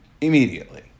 immediately